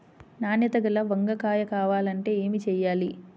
నాణ్యత గల వంగ కాయ కావాలంటే ఏమి చెయ్యాలి?